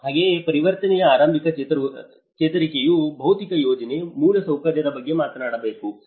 ಹಾಗೆಯೇ ಪರಿವರ್ತನೆಯ ಆರಂಭಿಕ ಚೇತರಿಕೆಯು ಭೌತಿಕ ಯೋಜನೆ ಮೂಲಸೌಕರ್ಯದ ಬಗ್ಗೆ ಮಾತನಾಡಬೇಕು